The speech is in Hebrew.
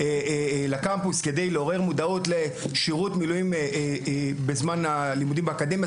לקמפוס כדי לעורר מודעות לשירות מילואים בזמן הלימודים באקדמיה,